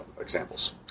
examples